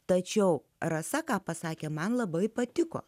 tačiau rasa ką pasakė man labai patiko